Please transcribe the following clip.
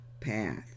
path